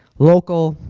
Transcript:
local,